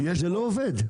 זה לא עובד.